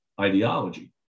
ideology